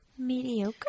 Mediocre